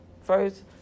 first